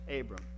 Abram